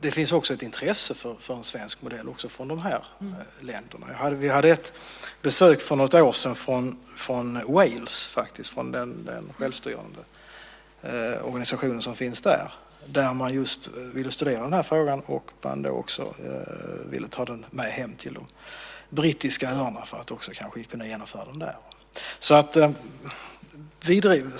Det finns också ett intresse för en svensk modell även från dessa länder. Vi hade för något år sedan ett besök från Wales, från den självstyrande organisation som finns där, där man just ville studera den här frågan och också ta med den hem till de brittiska öarna för att kanske kunna genomföra detta där.